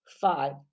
Five